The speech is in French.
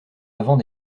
avant